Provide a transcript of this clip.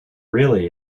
really